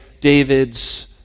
David's